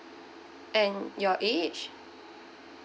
and your age